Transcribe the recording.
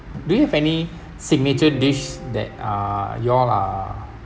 do you have any signature dish that uh you all uh